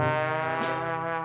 ah